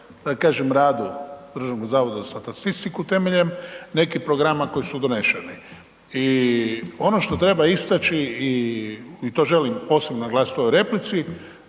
da kažem radu Državnog zavoda za statistiku temeljem nekih programa koji su doneseni i ono što treba istači i to želim posebno naglasiti u ovoj replici,